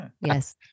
Yes